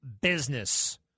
business